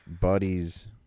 buddies